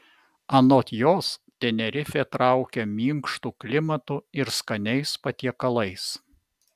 anot jos tenerifė traukia minkštu klimatu ir skaniais patiekalais